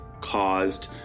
caused